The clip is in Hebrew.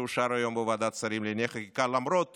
שאושר היום בוועדת שרים לענייני חקיקה למרות